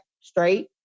straight